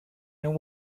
and